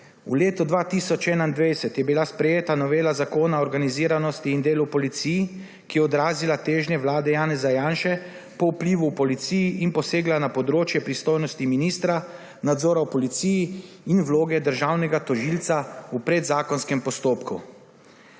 V letu 2021 je bila sprejeta novela Zakona o organiziranosti in delu v policiji, ki je odrazila težnje vlade Janeza Janše po vplivu v policiji in posegla na pristojnosti ministra, nadzora v policiji in vloge državnega tožilca v predzakonskem postopku.